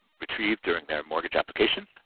retrieved during their mortgage application.